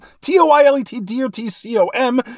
T-O-I-L-E-T-D-O-T-C-O-M